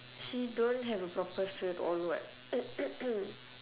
she don't have a proper cert all [what]